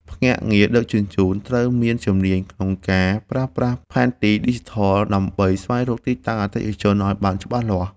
ភ្នាក់ងារដឹកជញ្ជូនត្រូវមានជំនាញក្នុងការប្រើប្រាស់ផែនទីឌីជីថល ដើម្បីស្វែងរកទីតាំងអតិថិជនឱ្យបានច្បាស់។